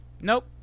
Nope